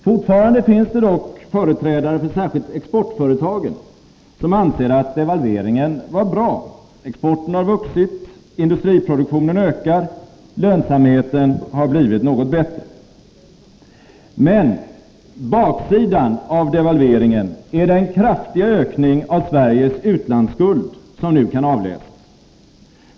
Fortfarande finns det dock företrädare för särskilt exportföretagen som anser att devalveringen var bra. Exporten har vuxit, industriproduktionen ökar och lönsamheten har blivit något bättre. Men baksidan av devalveringen är den kraftiga ökning av Sveriges utlandsskuld som nu kan avläsas.